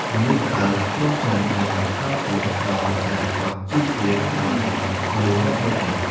ជំងឺត្អើក គ្រុនចាញ់ និងហើមពោះដោយសារខ្វះជីវជាតិ បានសម្លាប់មនុស្សរាប់ម៉ឺននាក់។